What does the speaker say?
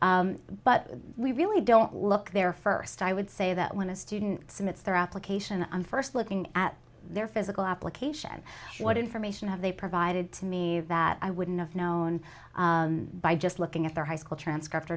a but we really don't look there first i would say that when a student smits their application on first looking at their physical application what information have they provided to me that i wouldn't have known by just looking at their high school transcript